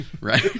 right